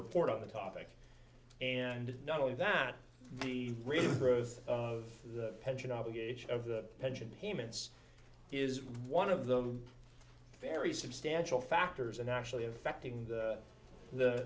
report on the topic and not only that she really growth of the pension obligation of the pension payments is one of the very substantial factors and actually